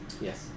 Yes